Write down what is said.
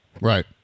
right